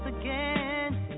again